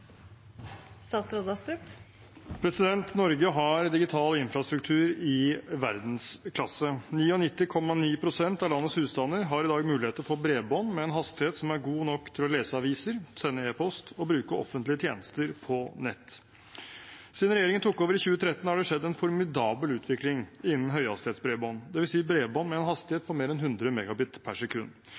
Norge har digital infrastruktur i verdensklasse. 99,9 pst. av landets husstander har i dag mulighet til å få bredbånd med en hastighet som er god nok til å lese aviser, sende e-post og bruke offentlige tjenester på nett. Siden regjeringen tok over i 2013, har det skjedd en formidabel utvikling innen høyhastighetsbredbånd, dvs. bredbånd med en hastighet på mer enn 100